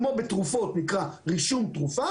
כמו בתרופות נקרא רישום תרופה,